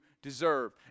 deserve